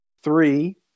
Three